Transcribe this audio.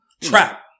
trap